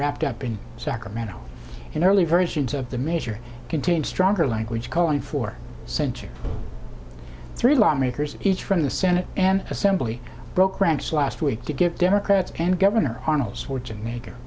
wrapped up in sacramento in early versions of the measure contains stronger language calling for center three lawmakers each from the senate and assembly broke ranks last week to give democrats and governor arnold schwarzenegger